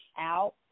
out